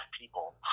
people